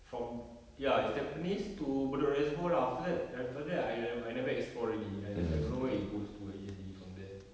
from ya it's tampines to bedok reservoir lah after that after that I nev~ I never explore already I I don't know where it goes to actually from there